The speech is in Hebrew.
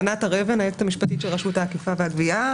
אני היועצת המשפטית של רשות האכיפה והגבייה.